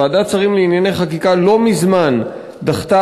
ועדת שרים לענייני חקיקה לא מזמן דחתה